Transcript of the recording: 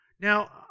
Now